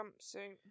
jumpsuit